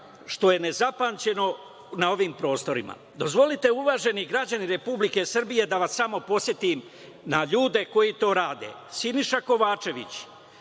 što je nezapamćeno na ovim prostorima. Dozvolite uvaženi građani Republike Srbije da vas samo podsetim na ljude koji to rade. Siniša Kovačević,